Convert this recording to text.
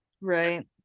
right